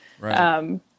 Right